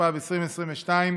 התשפ"ב 2022,